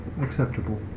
Acceptable